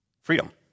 freedom